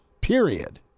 Period